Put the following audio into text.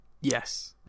Yes